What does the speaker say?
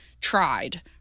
tried